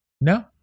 No